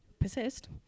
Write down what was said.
persist